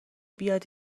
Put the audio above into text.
بیاد